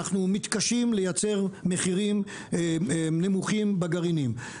אנחנו מתקשים לייצר מחירים נמוכים בגרעינים,